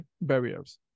barriers